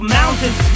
mountains